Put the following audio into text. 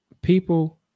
People